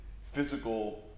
physical